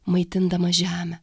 maitindamas žemę